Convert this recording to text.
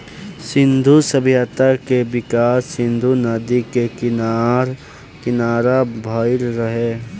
सिंधु सभ्यता के विकास सिंधु नदी के किनारा भईल रहे